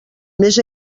més